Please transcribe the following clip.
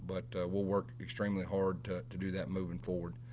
but we'll work extremely hard to to do that moving forward.